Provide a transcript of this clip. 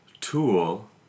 Tool